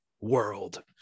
world